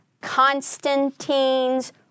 Constantine's